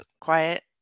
quiet